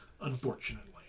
unfortunately